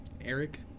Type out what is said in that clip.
Eric